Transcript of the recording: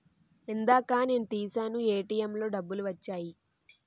ఇందాక నేను తీశాను ఏటీఎంలో డబ్బులు వచ్చాయి